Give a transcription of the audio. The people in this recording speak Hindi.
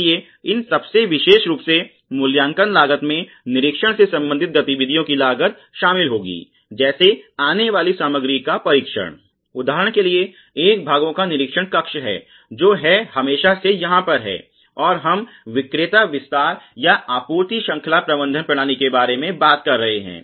इसलिए इन सबसे विशेष रूप से मूल्यांकन लागत में निरीक्षण से संबंधित गतिविधियों की लागत शामिल होगी जैसे आने वाली सामग्री का परीक्षण उदाहरण के लिए एक भागों का निरीक्षण कक्ष है जो है हमेशा से यहाँ पर है और हम विक्रेता विस्तार या आपूर्ति श्रृंखला प्रबंधन प्रणाली के बारे में बात कर रहे हैं